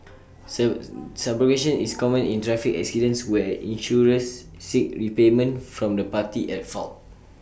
subrogation is common in traffic accidents where insurers seek repayment from the party at fault